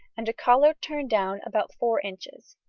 and a collar turned down about four inches.